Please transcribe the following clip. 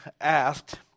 asked